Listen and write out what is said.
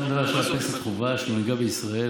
אתה מדבר עכשיו על פנסיית חובה שנהוגה בישראל,